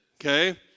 okay